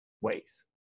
ways